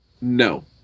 No